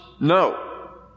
No